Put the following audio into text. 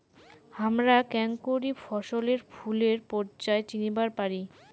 হামরা কেঙকরি ফছলে ফুলের পর্যায় চিনিবার পারি?